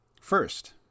First